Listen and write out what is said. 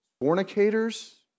fornicators